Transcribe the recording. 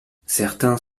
certains